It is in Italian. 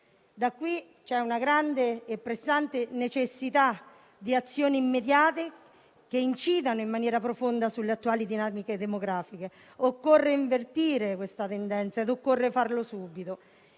C'è quindi una grande e pressante necessità di azioni immediate che incidano in maniera profonda sulle attuali dinamiche demografiche. Occorre invertire questa tendenza e bisogna farlo subito.